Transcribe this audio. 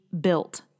built